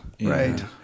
right